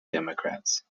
democrats